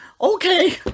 Okay